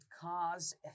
cause